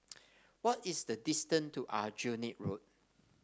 what is the distance to Aljunied Road